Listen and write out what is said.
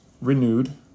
renewed